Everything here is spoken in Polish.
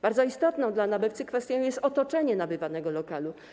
Bardzo istotną dla nabywcy kwestią jest otoczenie nabywanego lokalu.